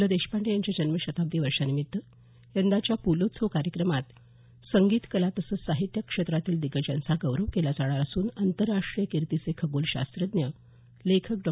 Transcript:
ल देशपांडे यांच्या जन्मशताब्दी वर्षानिमित्त यंदाच्या पुलोत्सव कार्यक्रमात संगीत कला तसंच साहित्य क्षेत्रातील दिग्गजांचा गौरव केला जाणार असून आंतरराष्ट्रीय कीर्तीचे खगोलशास्त्रज्ञ लेखक डॉ